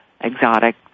exotic